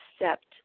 accept